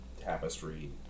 tapestry